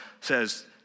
says